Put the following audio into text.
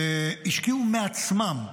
הם השקיעו מעצמם.